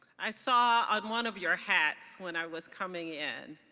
i saw on one of your hats when i was coming in